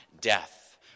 death